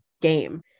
game